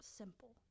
simple